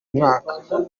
mwaka